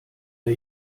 der